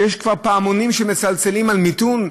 שיש כבר פעמונים שמצלצלים על מיתון?